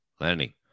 Lenny